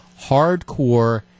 hardcore